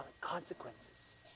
consequences